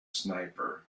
sniper